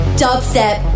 dubstep